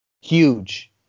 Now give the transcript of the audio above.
Huge